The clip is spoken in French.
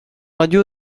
radio